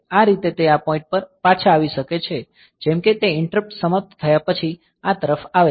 આ રીતે તે આ પોઈન્ટ પર પાછા આવી શકે છે જેમ કે તે ઈંટરપ્ટ સમાપ્ત થયા પછી આ તરફ આવે છે